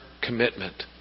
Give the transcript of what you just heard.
commitment